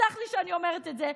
תסלח לי שאני אומרת את זה,